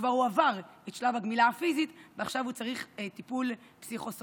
כשכבר הוא עבר את שלב הגמילה הפיזית ועכשיו צריך טיפול פסיכו-סוציאלי.